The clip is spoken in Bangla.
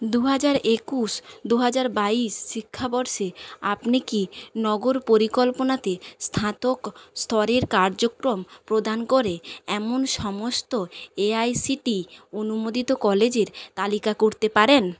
দুহাজার একুশ দুহাজার বাইশ শিক্ষাবর্ষে আপনি কি নগর পরিকল্পনাতে স্নাতক স্তরের কার্যক্রম প্রদান করে এমন সমস্ত এআইসিটি অনুমোদিত কলেজের তালিকা করতে পারেন